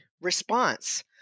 response